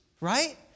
right